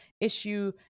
issue